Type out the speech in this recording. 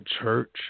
church